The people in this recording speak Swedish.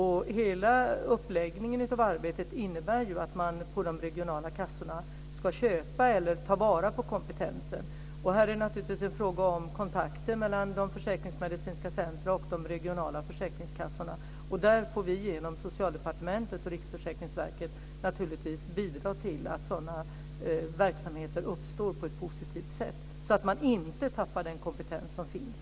Hela uppläggningen av arbetet innebär ju att man på de regionala kassorna ska köpa eller ta vara på kompetensen. Här är det naturligtvis en fråga om kontakter mellan de försäkringsmedicinska centrumen och de regionala försäkringskassorna. Vi får genom Socialdepartementet och Riksförsäkringsverket naturligtvis bidra till att sådana verksamheter uppstår på ett positivt sätt så att man inte tappar den kompetens som finns.